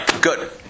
good